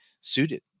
suited